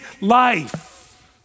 life